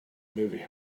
movie